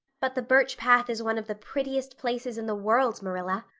but the birch path is one of the prettiest places in the world, marilla.